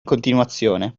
continuazione